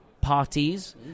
parties